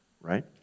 right